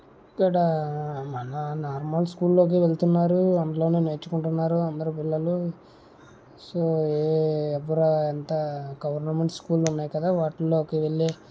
ఇక్కడ మన నార్మల్ స్కూళ్లోకి వెళ్తున్నారు అందులోనూ నేర్చుకుంటున్నారు అందరు పిల్లలు సో ఎవరు ఎంత గవర్నమెంటు స్కూళ్లు ఉన్నాయి కదా వాటిలోకి వెళ్లి